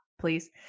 please